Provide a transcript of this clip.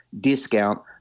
discount